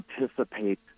anticipate